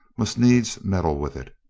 must needs meddle with it.